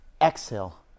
exhale